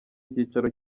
icyicaro